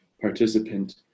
participant